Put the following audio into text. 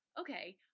okay